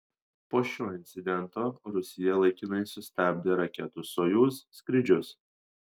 po šio incidento rusija laikinai sustabdė raketų sojuz skrydžius